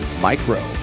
Micro